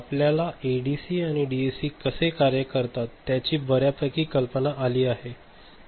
आपल्याला एडीसी आणि डीएसी कसे कार्य करतात त्याची बऱ्यापैकी कल्पना आली आहे